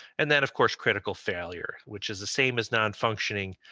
and then of course, critical failure, which is the same as non-functioning,